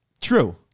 True